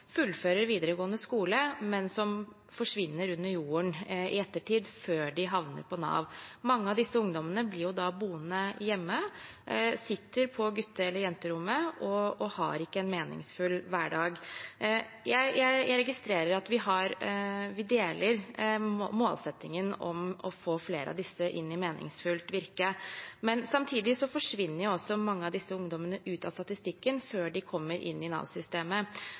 fullfører videregående skole, men som forsvinner under jorden i ettertid, før de havner på Nav. Mange av disse ungdommene blir boende hjemme, sitter på gutte- eller jenterommet og har ikke en meningsfull hverdag. Jeg registrerer at vi deler målsettingen om å få flere av disse inn i meningsfylt virke, men samtidig forsvinner mange av disse ungdommene ut av statistikken før de kommer inn i